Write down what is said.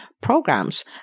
programs